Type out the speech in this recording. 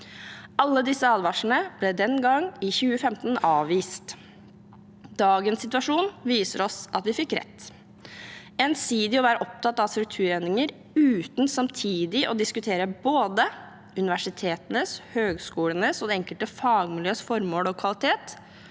Alle disse advarslene ble den gang, i 2015, avvist. Dagens situasjon viser oss at vi fikk rett. Ensidig å være opptatt av strukturendringer uten samtidig å diskutere både universitetenes, høyskolenes og det enkelte fagmiljøs formål og kvalitet